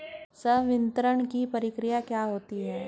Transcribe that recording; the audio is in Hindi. संवितरण की प्रक्रिया क्या होती है?